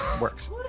Works